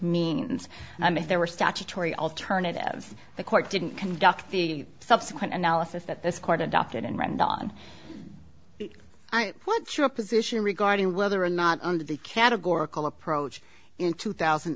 means i mean there were statutory alternatives the court didn't conduct the subsequent analysis that this court adopted in rendon what's your position regarding whether or not under the categorical approach in two thousand